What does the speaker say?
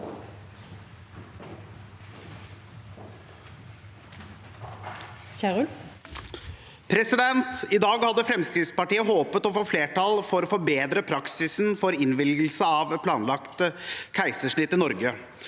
I dag hadde Frem- skrittspartiet håpet på å få flertall for å forbedre praksisen for innvilgelse av planlagt keisersnitt i Norge.